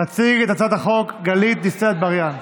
תציג את הצעת החוק גלית דיסטל אטבריאן.